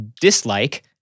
dislike